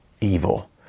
evil